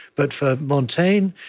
but for montaigne,